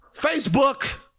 Facebook